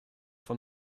von